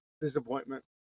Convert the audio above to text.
disappointment